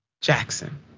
Jackson